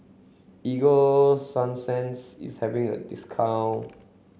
Ego Sunsense is having a discount